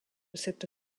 cette